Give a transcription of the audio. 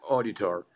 Auditor